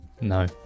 No